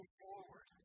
forward